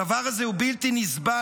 הדבר הזה הוא בלתי נסבל.